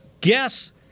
guess